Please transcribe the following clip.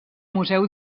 museu